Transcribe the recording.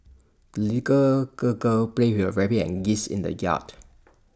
the girl girl played with her rabbit and geese in the yard